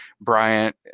Bryant